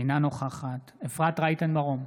אינה נוכחת אפרת רייטן מרום,